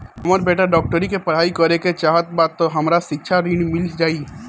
हमर बेटा डाक्टरी के पढ़ाई करेके चाहत बा त हमरा शिक्षा ऋण मिल जाई?